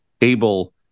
able